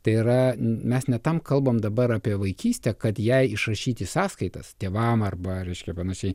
tai yra mes ne tam kalbam dabar apie vaikystę kad jai išrašyti sąskaitas tėvam arba reiškia panašiai